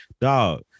Dog